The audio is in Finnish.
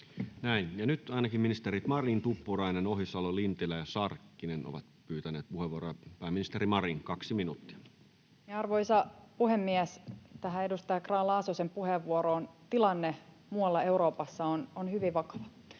Näin. — Nyt ainakin ministerit Marin, Tuppurainen, Ohisalo, Lintilä ja Sarkkinen ovat pyytäneet puheenvuoroja. — Pääministeri Marin, kaksi minuuttia. Arvoisa puhemies! Tähän edustaja Grahn-Laasosen puheenvuoroon: Tilanne muualla Euroopassa on hyvin vakava.